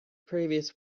previous